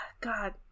God